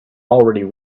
already